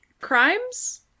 crimes